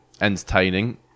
entertaining